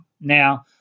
now